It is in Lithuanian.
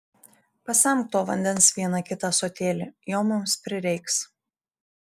pasemk to vandens vieną kitą ąsotėlį jo mums prireiks